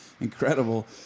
incredible